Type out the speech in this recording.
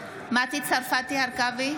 בהצבעה מטי צרפתי הרכבי,